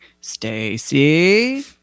Stacy